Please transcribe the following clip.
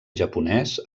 japonès